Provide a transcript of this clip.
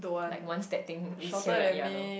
like one step thing it's here we are like ya no